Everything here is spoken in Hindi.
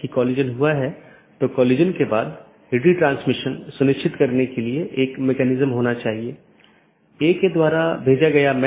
एक गैर मान्यता प्राप्त ऑप्शनल ट्रांसिटिव विशेषता के साथ एक पथ स्वीकार किया जाता है और BGP साथियों को अग्रेषित किया जाता है